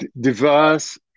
diverse